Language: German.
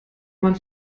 mann